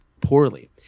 poorly